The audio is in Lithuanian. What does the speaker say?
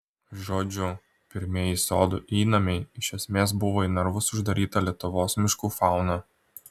žodžiu pirmieji sodo įnamiai iš esmės buvo į narvus uždaryta lietuvos miškų fauna